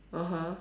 (uh huh)